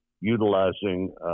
utilizing